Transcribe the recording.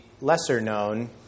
lesser-known